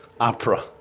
opera